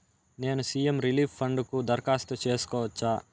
నేను CM relief fund కు దరఖాస్తు సేసుకోవచ్చా?